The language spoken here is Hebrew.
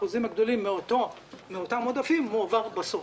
האחוזים הגדולים מאותם מועדפים מועבר בסוף,